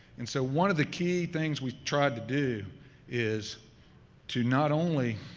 and, so, one of the key things we tried to do is to not only